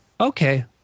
Okay